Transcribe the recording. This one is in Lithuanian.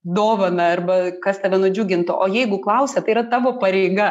dovaną arba kas tave nudžiugintų o jeigu klausia tai yra tavo pareiga